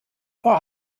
vor